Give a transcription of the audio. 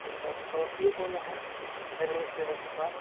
अच्छा तो समस्तीपुर में है रेलवे इस्टेशन के पास